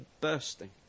bursting